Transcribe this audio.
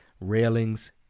railings